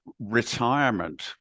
retirement